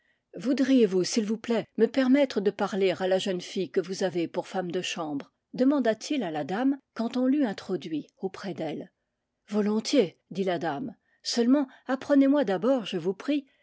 voudriez-vous s'il vous plaît me permettre de parler à la jeune fille que vous avez pour femme de chambre de manda t il à la dame quand on l'eut introduit auprès d'elle volontiers dit la dame seulement apprenez-moi d'abord je vous prie